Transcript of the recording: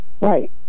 Right